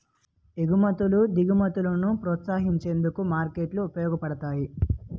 ఎగుమతులు దిగుమతులను ప్రోత్సహించేందుకు మార్కెట్లు ఉపయోగపడతాయి